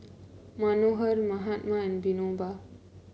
Manohar Mahatma and Vinoba